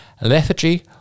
lethargy